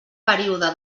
període